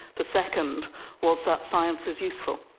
the second was that science is useful,